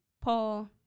Paul